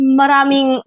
maraming